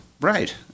Right